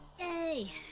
Yay